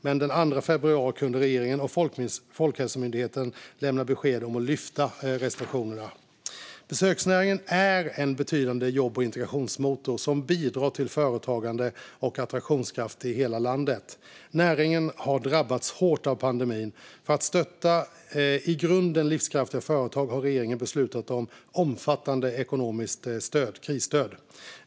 Men den 2 februari i år kunde regeringen och Folkhälsomyndigheten lämna besked om lyfta restriktioner. Besöksnäringen är en betydande jobb och integrationsmotor som bidrar till företagande och attraktionskraft i hela landet. Näringen har drabbats hårt av pandemin. För att stötta i grunden livskraftiga företag har regeringen beslutat om omfattande ekonomiska krisstöd.